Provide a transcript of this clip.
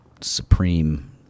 supreme